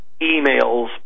emails